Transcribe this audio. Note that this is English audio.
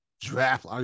draft